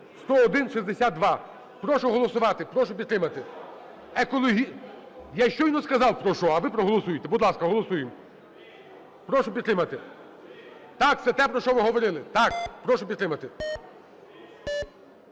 10162. Прошу голосувати, прошу підтримати. Я щойно сказав, про що. А ви проголосуйте. Будь ласка, голосуємо. Прошу підтримати. Так це те, про що ви говорили. Так, прошу підтримати.